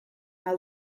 ahal